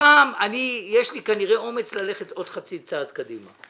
הפעם יש לי כנראה אומץ ללכת עוד חצי צעד קדימה,